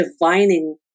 divining